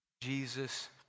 Jesus